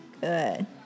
Good